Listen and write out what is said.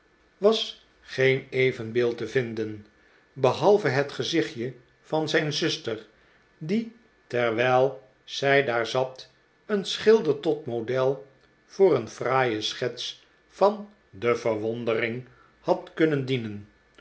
was geen evenbeeld te vinden behalve het gezichtje van zijn zuster die terwijl zij daar zat een schilder tot model voor een fraaie schets van de verwondering had kunnen dienen